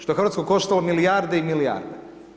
Što je Hrvatsku koštalo milijarde i milijarde.